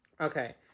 Okay